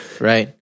right